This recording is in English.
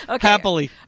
Happily